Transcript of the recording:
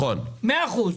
מאה אחוז.